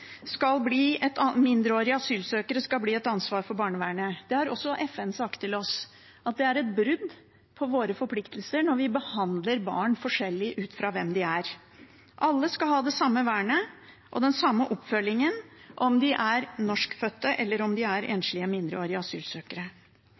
skal bli et ansvar for barnevernet. Det har FN også sagt til oss, at det er et brudd på våre forpliktelser når vi behandler barn forskjellig ut fra hvem de er. Alle skal ha det samme vernet og den samme oppfølgingen – om de er norskfødte, eller om de er